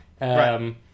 Right